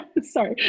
sorry